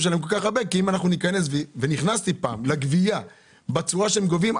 שלהם כי אם אנחנו ניכנס לגבייה בצורה שהם גובים,